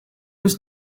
was